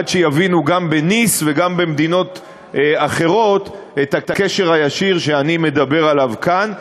עד שיבינו גם בניס וגם במדינות אחרות את הקשר הישיר שאני מדבר עליו כאן.